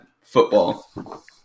football